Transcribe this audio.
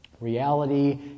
Reality